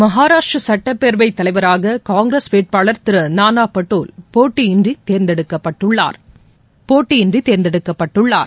மகாராஷ்ட்ர சுட்டப்பேரவைத் தலைவராக காங்கிரஸ் வேட்பாளர் திரு நானா பட்டோல் போட்டியின்றி தேர்ந்தெடுக்கப்பட்டுள்ளார்